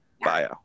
bio